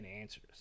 answers